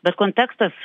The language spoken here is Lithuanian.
bet kontekstas